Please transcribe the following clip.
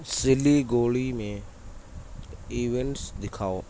سلی گوڑی میں ایونٹس دکھاؤ